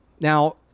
Now